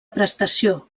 prestació